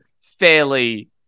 fairly